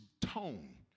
tone